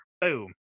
boom